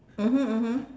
mmhmm mmhmm